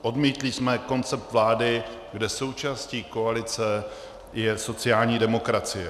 Odmítli jsme koncept vlády, kde součástí koalice je sociální demokracie.